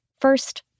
First